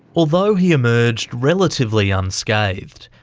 although he emerged relatively unscathed,